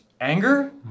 anger